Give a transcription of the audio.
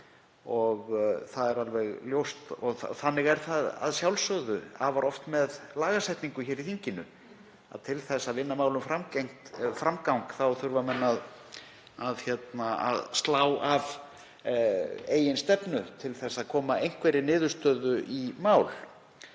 og þannig er það að sjálfsögðu afar oft með lagasetningu hér í þinginu að til þess að vinna málum framgang þurfa menn að reyna að slá af eigin stefnu til að koma einhverri niðurstöðu í mál.